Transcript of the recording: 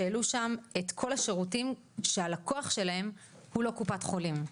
שהעלו שם את כל השירותים שהלקוח שלהם הוא לא קופת חולים,